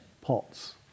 pots